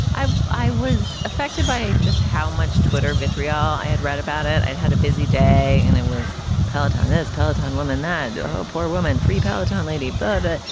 i i was affected by just how much twitter vitriol i had read about it. i had had a busy day and it was peladon as peladon woman, that poor woman, free palatine lady. but,